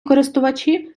користувачі